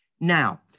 Now